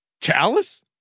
Chalice